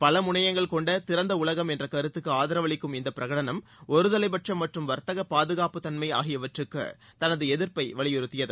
பல முனையங்கள் கொண்ட திறந்த உலகம் என்ற கருத்துக்கு ஆதரவளிக்கும் இந்த பிரகடனம் ஒருதலைப்பட்சும் மற்றும் வர்த்தக பாதுகாப்புத் தன்மை ஆகியவற்றுக்கு தனது எதிர்ப்பை வலியுறுத்தியது